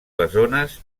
bessones